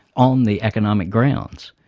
on the economic grounds.